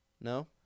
no